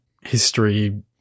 history